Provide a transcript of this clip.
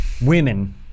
women